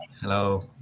hello